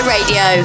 Radio